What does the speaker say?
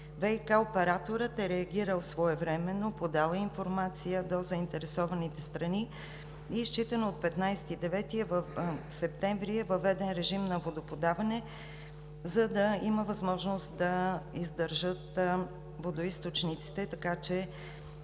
ВиК операторът е реагирал своевременно, подал е информация до заинтересованите страни и считано от 15 септември 2019 г. е въведен режим на водоподаване, за да има възможност да издържат водоизточниците, така че